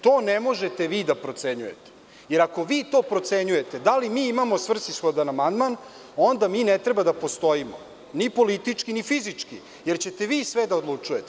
To ne možete vi da procenjujete, jer, ako vi procenjujete da li mi imamo svrsishodan amandman, onda mi ne treba da postojimo, ni politički ni fizički, jer ćete vi sve da odlučujete.